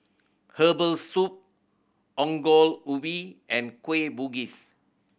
herbal soup Ongol Ubi and Kueh Bugis